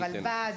הרלב"ד,